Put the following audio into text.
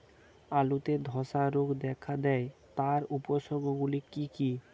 আলুতে ধ্বসা রোগ দেখা দেয় তার উপসর্গগুলি কি কি?